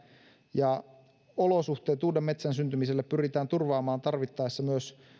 ja olosuhteet uuden metsän syntymiselle pyritään turvaamaan tarvittaessa myös